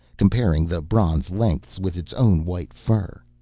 comparing the bronze lengths with its own white fur.